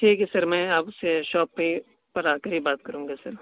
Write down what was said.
ٹھیک ہے سر میں آپ سے شاپ پہ پر آ کے ہی بات کروں گا سر